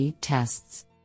tests